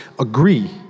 agree